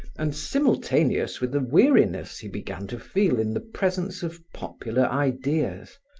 and simultaneous with the weariness he began to feel in the presence of popular ideas,